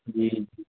جی